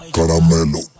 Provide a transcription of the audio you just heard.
Caramelo